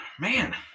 man